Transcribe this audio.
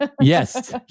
Yes